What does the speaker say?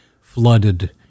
flooded